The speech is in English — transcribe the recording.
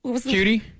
Cutie